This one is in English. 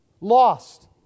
Lost